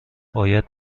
باید